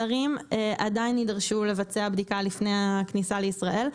זרים עדיין יידרשו לבצע בדיקה לפני הכניסה לישראל.